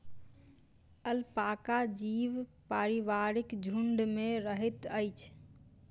alpaca जीव पारिवारिक झुण्ड में रहैत अछि